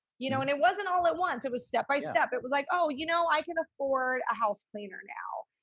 you know, and it wasn't all at once. it was step by step. it was like, oh, you know, i can afford a house cleaner now.